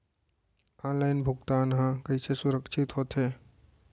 Online भुगतान हा कइसे सुरक्षित होथे?